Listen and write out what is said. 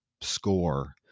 score